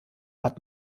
hat